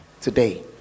today